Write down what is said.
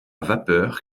vapeur